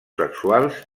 sexuals